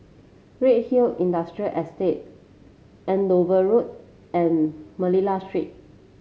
Redhill Industrial Estate Andover Road and Manila Street